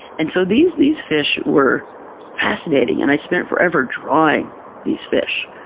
and so these these fish were fascinating and i spent forever drawing these fish.